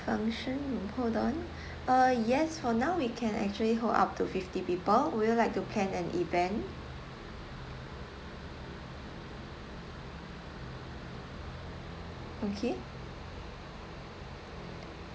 function hold on uh yes for now we can actually hold up to fifty people would you like to plan an event okay